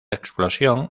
explosión